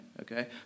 okay